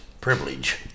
privilege